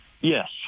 Yes